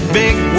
big